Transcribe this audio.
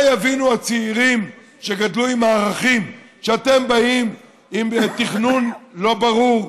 מה יבינו הצעירים שגדלו עם הערכים כשאתם באים עם תכנון לא ברור,